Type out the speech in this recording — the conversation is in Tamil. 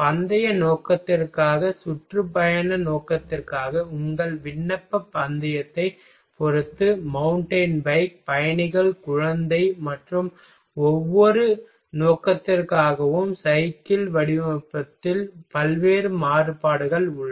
பந்தய நோக்கத்திற்காக சுற்றுப்பயண நோக்கத்திற்காக உங்கள் விண்ணப்பப் பந்தயத்தைப் பொறுத்து மவுண்டன் பைக் பயணிகள் குழந்தை மற்றும் ஒவ்வொரு நோக்கத்திற்காகவும் சைக்கிள் வடிவமைப்பதில் பல்வேறு மாறுபாடுகள் உள்ளன